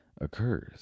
occurs